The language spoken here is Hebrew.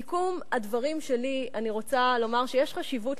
בסיכום דברי אני רוצה לומר שיש חשיבות